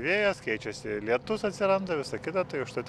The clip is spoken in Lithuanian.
vėjas keičiasi lietus atsiranda visa kita tai užtat